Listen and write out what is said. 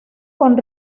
con